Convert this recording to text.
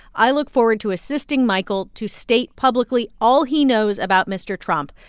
i look forward to assisting michael to state publicly all he knows about mr. trump.